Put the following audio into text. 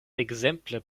ekzemple